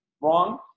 wrong